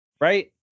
right